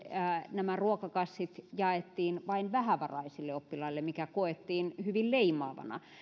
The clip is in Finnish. ruokakassit jaettiin vain vähävaraisille oppilaille mikä koettiin hyvin leimaavana